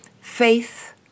faith